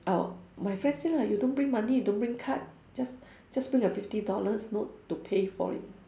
oh my friend say lah you don't bring money you don't bring card just just bring a fifty dollars note to pay for it